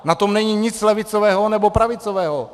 Na tom není nic levicového nebo pravicového.